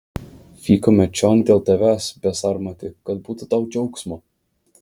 vykome čion dėl tavęs besarmati kad būtų tau džiaugsmo